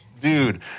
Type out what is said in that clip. dude